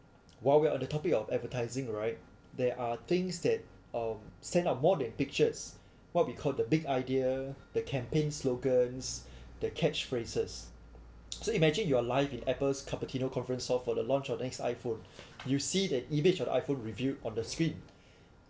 while we're on the topic of advertising right there are things that um stand up more than pictures what we called the big idea the campaign slogans the catch phrases so imagine your life in Apple's conference so for the launch of next iPhone you see the image of the iPhone reviewed on the screen